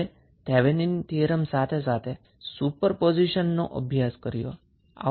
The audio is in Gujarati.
આપણે સુપરપોઝિશન તેમજ થેવેનિન થીયરમનો અભ્યાસ કર્યો